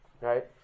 right